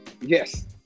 yes